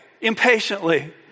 impatiently